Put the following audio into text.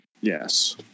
Yes